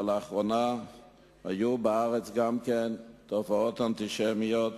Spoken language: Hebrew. אבל לאחרונה היו גם בארץ תופעות אנטישמיות